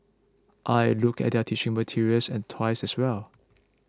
I looked at their teaching materials and toys as well